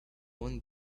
one